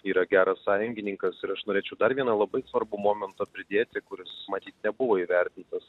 yra geras sąjungininkas ir aš norėčiau dar vieną labai svarbų momentą pridėti kuris matyt nebuvo įvertintas